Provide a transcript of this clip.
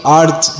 art